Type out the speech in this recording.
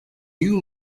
new